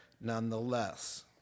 nonetheless